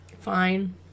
Fine